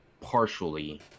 partially